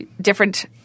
Different